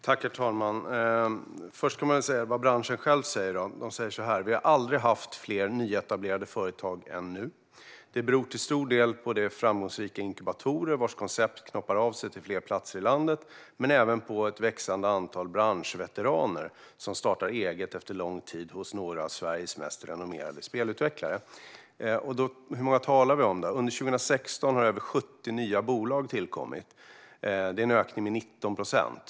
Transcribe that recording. Herr talman! Vad säger branschen själv: Vi har aldrig haft fler nyetablerade företag än nu. Det beror till stor del på de framgångsrika inkubatorerna, vars koncept knoppar av sig till fler platser i landet, men även på ett växande antal branschveteraner som startar eget efter lång tid hos några av Sveriges mest renommerade spelutvecklare. Hur många talar vi om? Under 2016 tillkom över 70 nya bolag. Det är en ökning med 19 procent.